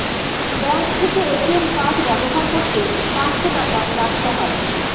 bank থেকে ATM card ব্যবহার করতে পাঁচশো টাকা রাখতে হয়